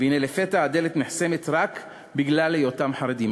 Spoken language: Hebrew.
והנה לפתע הדלת נחסמת רק בגלל היותם חרדים.